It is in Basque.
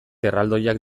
erraldoiak